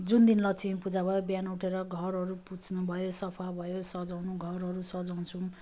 जुन दिन लक्ष्मी पूजा भयो बिहान उठेर घरहरू पुछ्नु भयो सफा भयो सजाउनु घरहरू सजाउँछौँ